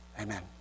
Amen